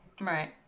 right